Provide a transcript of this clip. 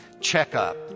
checkup